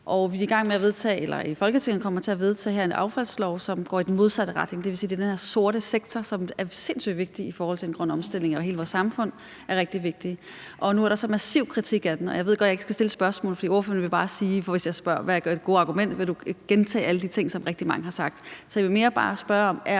Folketinget kommer til at vedtage en affaldslov, som går i den modsatte retning. Det vil sige, at der er den her sorte sektor, som er sindssyg vigtig i forhold til en grøn omstilling og hele vores samfund. Nu er der så en massiv kritik af den, og jeg ved godt, at jeg ikke skal stille spørgsmål, for ordføreren vil, hvis jeg spørger, bare spørge: Hvad er det gode argument? Vil du gentage alle de ting, som rigtig mange har sagt? Så jeg vil mere bare spørge, om